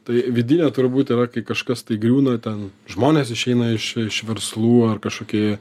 tai vidinė turbūt yra kai kažkas tai griūna ten žmonės išeina iš iš verslų ar kažkokie